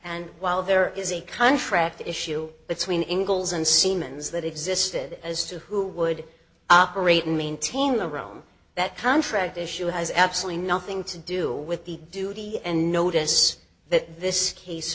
and while there is a contract issue between ingles and siemens that existed as to who would operate and maintain the room that contract issue has absolutely nothing to do with the duty and notice that this case